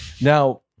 Now